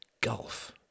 gulf